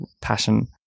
passion